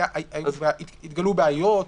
התגלו בעיות?